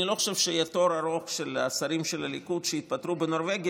אני לא חושב שיהיה תור ארוך של שרים של הליכוד שיתפטרו בנורבגי